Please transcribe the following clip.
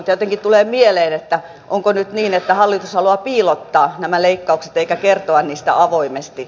jotenkin tulee mieleen että onko nyt niin että hallitus haluaa piilottaa nämä leikkaukset eikä kertoa niistä avoimesti